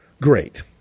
Great